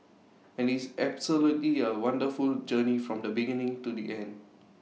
and IT is absolutely A wonderful journey from the beginning to the end